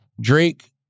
Drake